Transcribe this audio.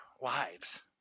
lives